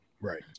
Right